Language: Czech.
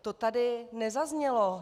To tady nezaznělo.